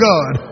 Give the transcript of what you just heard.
God